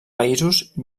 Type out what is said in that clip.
països